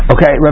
Okay